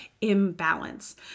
imbalance